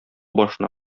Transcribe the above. башына